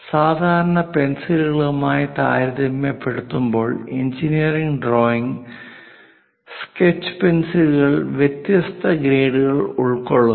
സാധാരണ പെൻസിലുകളുമായി താരതമ്യപ്പെടുത്തുമ്പോൾ എഞ്ചിനീയറിംഗ് ഡ്രോയിംഗ് സ്കെച്ച് പെൻസിലുകൾ വ്യത്യസ്ത ഗ്രേഡുകൾ ഉൾക്കൊള്ളുന്നു